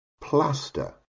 plaster